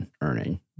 earning